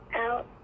out